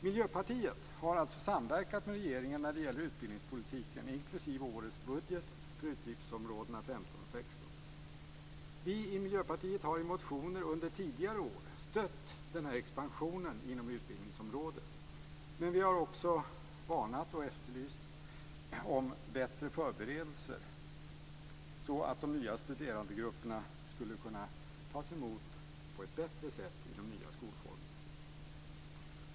Miljöpartiet har alltså samverkat med regeringen när det gäller utbildningspolitiken, inklusive årets budget för utgiftsområdena 15 och 16. Vi i Miljöpartiet har i motioner under tidigare år stött den här expansionen inom utbildningsområdet. Men vi har också varnat och efterlyst bättre förberedelser, så att de nya studerandegrupperna skulle kunna tas emot på ett bättre sätt i de nya skolformerna.